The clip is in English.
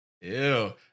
Ew